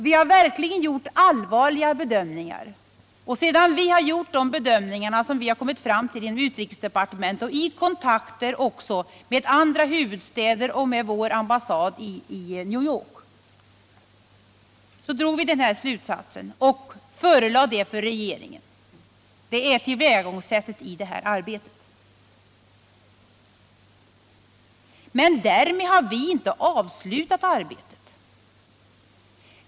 Vi har verkligen gjort allvarliga bedömningar inom utrikesdepartementet, också efter kontakter med andra huvudstäder och vår delegation i New York, och vi har dragit vår slutsats och förelagt resultatet för regeringen. Detta är tillvägagångssättet i det här arbetet. Men därmed har vi inte avslutat arbetet.